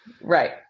Right